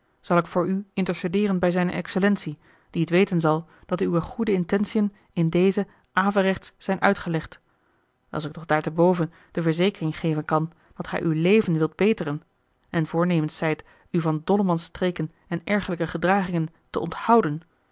zal ik voor u intercedeeren bij zijne excellentie die het weten zal dat uwe goede intentiën in dezen averechts zijn uitgelegd als ik nog daarteboven de verzekering geven kan dat gij uw leven wilt beteren en voornemens zijt u van dollemansstreken en ergerlijke gedragingen te onthouden